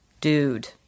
Dude